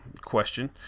question